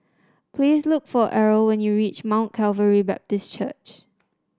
please look for Errol when you reach Mount Calvary Baptist Church